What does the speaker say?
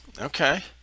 Okay